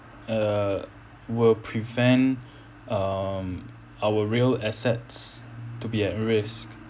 err will prevent um our real assets to be at risk